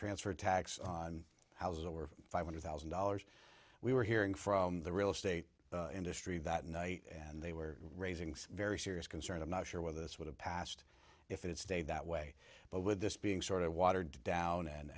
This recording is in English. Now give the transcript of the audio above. transfer tax houses over five hundred thousand dollars we were hearing from the real estate industry that night and they were raising some very serious concerns i'm not sure whether this would have passed if it stayed that way but with this being sort of watered down